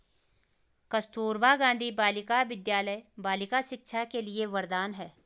कस्तूरबा गांधी बालिका विद्यालय बालिका शिक्षा के लिए वरदान है